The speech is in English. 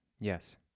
Yes